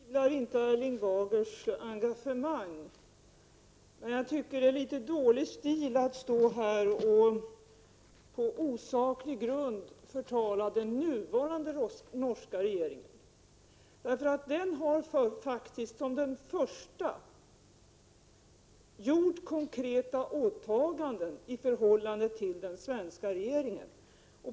Herr talman! Jag tvivlar inte på Erling Bagers engagemang. Jag tycker det är litet dålig stil att på osakliga grunder förtala den nuvarande norska regeringen. Den nuvarande norska regeringen är faktiskt den första regeringen i Norge som har gjort konkreta åtaganden i förhållande till den svenska regeringen.